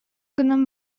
гынан